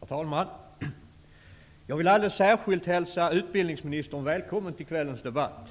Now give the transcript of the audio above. Herr talman! Jag vill alldeles särskilt hälsa utbildningsministern välkommen till kvällens debatt.